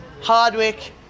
Hardwick